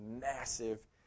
massive